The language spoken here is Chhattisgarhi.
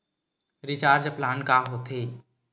रिचार्ज प्लान का होथे?